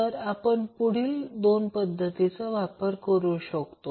तर आपण पुढील दोन पद्धतीचा वापर करू शकतो